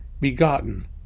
begotten